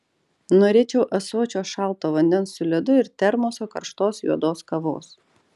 norėčiau ąsočio šalto vandens su ledu ir termoso karštos juodos kavos